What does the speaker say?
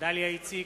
דליה איציק,